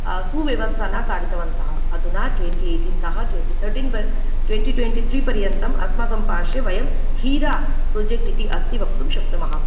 सुव्यवस्था न कारितवन्तः अधुना ट्वेण्टि एय्टीन् तः ट्वेण्टि तर्टीन् ट्वेण्टि ट्वेण्टि त्रि पर्यन्तम् अस्माकं पार्श्वे वयं हीरा प्रोजेक्ट् इति अस्ति वक्तुं शक्नुमः